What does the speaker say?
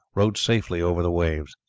rode safely over the waves.